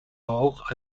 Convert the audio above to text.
auch